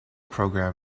program